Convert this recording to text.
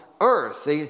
earth